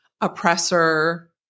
oppressor